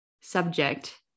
subject